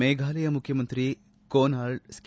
ಮೇಘಾಲಯ ಮುಖ್ಯಮಂತ್ರಿ Conrad K